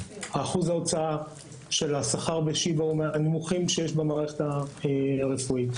אחוז ההוצאה של השכר בשיבא הוא מהנמוכים שיש במערכת הרפואית.